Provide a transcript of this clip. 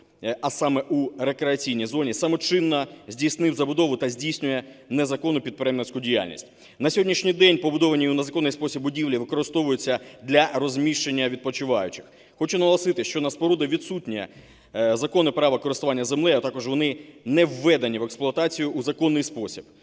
а саме у рекреаційній зоні, самочинно здійснив забудову та здійснює незаконну підприємницьку діяльність. На сьогоднішній день побудовані у незаконний спосіб будівлі використовуються для розміщення відпочиваючих. Хочу наголосити, що на споруду відсутнє законне право користування землею, а також вони не введенні в експлуатацію у законний спосіб.